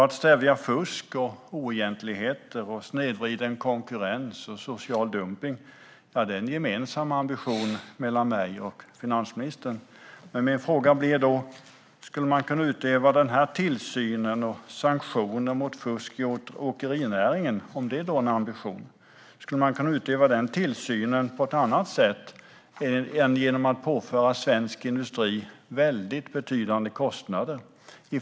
Att stävja fusk, oegentligheter, snedvriden konkurrens och social dumpning är en gemensam ambition som jag och finansministern har. Men skulle man kunna utöva den tillsynen och ha sanktioner mot fusk i åkerinäringen - om det är en ambition - på ett annat sätt än genom att påföra svensk industri betydande kostnader?